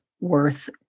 worth